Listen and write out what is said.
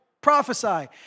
prophesy